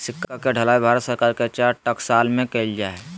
सिक्का के ढलाई भारत सरकार के चार टकसाल में कइल जा हइ